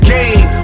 Game